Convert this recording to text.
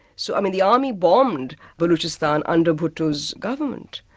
so the army bombed baluchistan under bhutto's government.